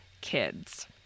kids